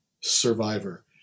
survivor